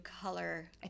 color